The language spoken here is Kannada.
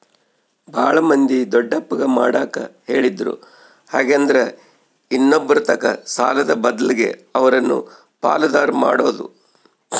ಬಾಳ ಮಂದಿ ದೊಡ್ಡಪ್ಪಗ ಮಾಡಕ ಹೇಳಿದ್ರು ಹಾಗೆಂದ್ರ ಇನ್ನೊಬ್ಬರತಕ ಸಾಲದ ಬದ್ಲಗೆ ಅವರನ್ನ ಪಾಲುದಾರ ಮಾಡೊದು